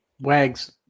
Wags